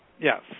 Yes